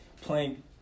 playing